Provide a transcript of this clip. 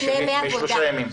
יאוחר משלושה ימים, בסדר?